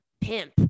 pimp